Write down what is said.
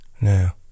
now